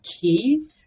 key